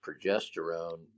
progesterone